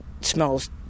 smells